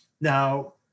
Now